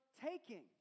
taking